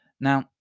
Now